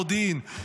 מודיעין,